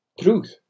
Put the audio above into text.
truth